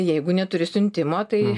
jeigu neturi siuntimo tai